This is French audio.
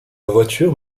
voiture